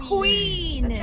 Queen